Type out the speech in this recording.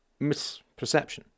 misperception